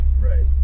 Right